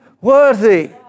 worthy